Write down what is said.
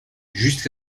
juste